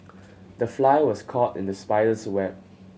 the fly was caught in the spider's web